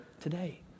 today